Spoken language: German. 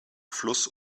fluss